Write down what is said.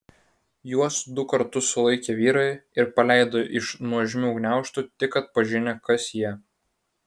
juos du kartus sulaikė vyrai ir paleido iš nuožmių gniaužtų tik atpažinę kas jie